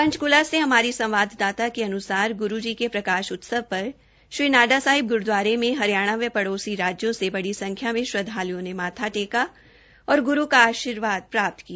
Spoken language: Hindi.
पंचकूला से हमारी संवाददाता के अनस्ार ग्रू जी के प्रकाश उत्सव पर श्री नाडा साहिब ग्रूद्वारे में हरियाणा व पड़ोसी राज्यों से बड़ी संख्या में श्रद्वांल्ओं ने माथा टेकर और ग्रू का आर्शीवाद प्राप्त किया